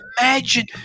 Imagine